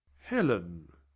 Helen